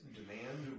demand